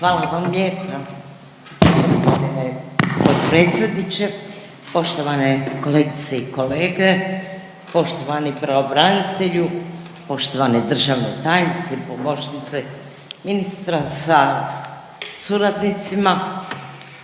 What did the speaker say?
Hvala vam lijepa g. potpredsjedniče, poštovane kolegice i kolege, poštovani pravobranitelju, poštovane državne tajnice, pomoćnice ministra sa suradnicima.